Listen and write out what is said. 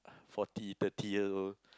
forty thirty year old